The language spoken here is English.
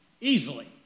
easily